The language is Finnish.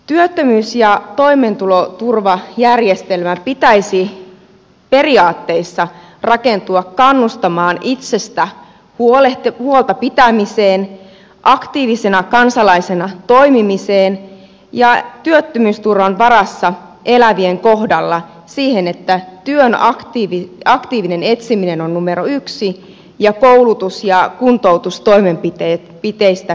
työttömyys ja toimeentuloturvajärjestelmän pitäisi periaatteessa rakentua kannustamaan itsestä huolta pitämiseen aktiivisena kansalaisena toimimiseen ja työttömyysturvan varassa elävien kohdalla siihen että työn aktiivinen etsiminen on numero yksi ja koulutus ja kuntoutustoimenpiteistä pidetään kiinni